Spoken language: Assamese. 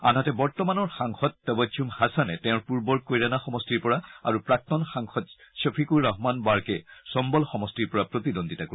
আনহাতে বৰ্তমানৰ সাংসদ তবচুম হাচানে তেওঁৰ পূৰ্বৰ কৈৰাণা সমষ্টিৰ পৰা আৰু প্ৰাক্তন সাংসদ ছফিকুৰ ৰহমান বাৰ্কে চম্বল সমষ্টিৰ পৰা প্ৰতিদ্বন্দিতা কৰিব